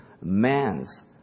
man's